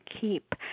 keep